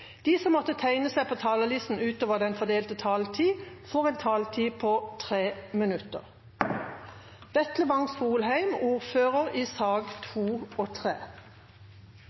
De som måtte tegne seg på talerlisten utover den fordelte taletid, får en taletid på inntil 3 minutter. Jeg vil første benytte anledningen til å takke for et godt samarbeid i